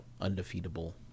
undefeatable